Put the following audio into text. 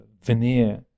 veneer